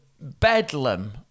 bedlam